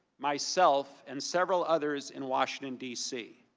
myself, and several others in washington, d c.